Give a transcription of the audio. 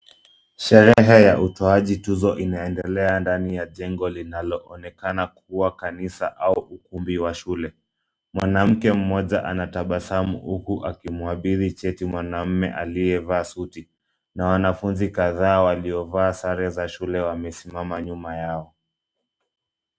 Sherehe ya utoaji tuzo inaendelea ndani ya jengo linaloonekana kuwa kanisa au ukumbi wa shule. Mwanamke mmoja anatabasamu huku akimuabiri cheti mwanaume aliyevaa suti na wanafunzi kadhaa waliovaa sare za shule wamesimama nyuma yao.